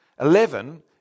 Eleven